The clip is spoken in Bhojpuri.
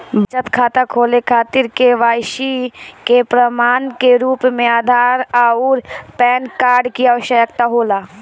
बचत खाता खोले खातिर के.वाइ.सी के प्रमाण के रूप में आधार आउर पैन कार्ड की आवश्यकता होला